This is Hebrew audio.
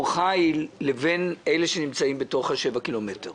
חיל לבין אלה שנמצאים בתוך השבעה קילומטר.